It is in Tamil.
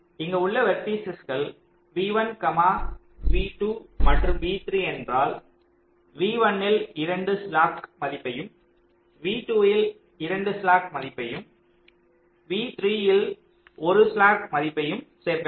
இங்கு உள்ள வெர்டிசஸ்கள் v1 v2 மற்றும் v 3 ஏன்றால் v1 இல் 2 ஸ்லாக் மதிப்பையும் v2 இல் 2 ஸ்லாக் மதிப்பையும் v3 இல் 1 ஸ்லாக் மதிப்பையும் சேர்க்க வேண்டும்